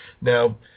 Now